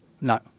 No